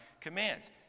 commands